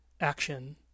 action